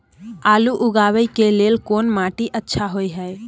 आलू उगाबै के लेल कोन माटी अच्छा होय है?